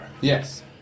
Yes